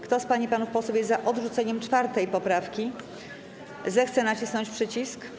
Kto z pań i panów posłów jest za odrzuceniem 4. poprawki, zechce nacisnąć przycisk.